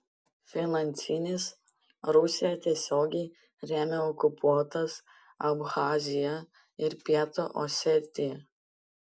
finansinis rusija tiesiogiai remia okupuotas abchaziją ir pietų osetiją